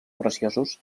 preciosos